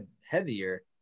heavier